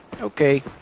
Okay